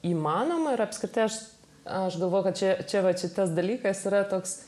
įmanoma ir apskritai aš aš galvoju kad čia čia vat šitas dalykas yra toks